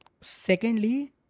Secondly